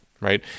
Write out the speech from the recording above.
right